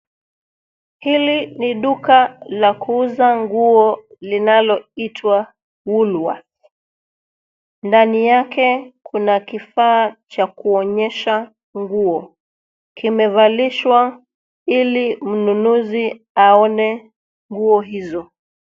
Hili ni duka la kuuza nguo linaloitwa woolworths. Ndani yake kuna kifaa cha kuonyesha nguo. Kimevalishwa ili mnunuzi aone nguo hizo.